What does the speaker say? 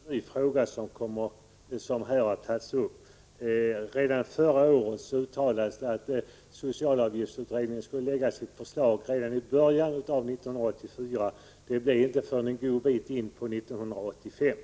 Herr talman! Jag vill bara säga att det inte är någon ny fråga som har tagits upp här. Redan förra året uttalades att socialavgiftsutredningen skulle lägga fram sitt förslag i början av 1984. Det blev inte förrän en god bit in på 1985.